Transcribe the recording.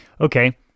Okay